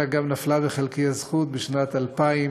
אלא גם נפלה בחלקי הזכות, בשנת 2003,